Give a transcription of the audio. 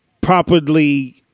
properly